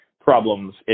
problems